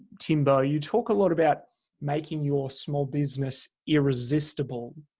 timbom, you talk a lot about making your small business irresistible.